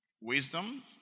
Wisdom